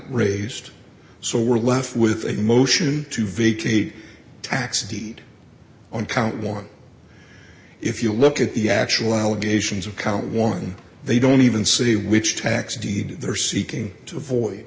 raised so we're left with a motion to vacate tax indeed on count one if you look at the actual allegations of count one they don't even say which tax deed they are seeking to avoid